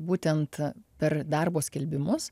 būtent per darbo skelbimus